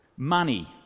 Money